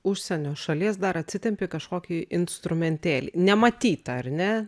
užsienio šalies dar atsitempi kažkokį instrumentėlį nematytą ar ne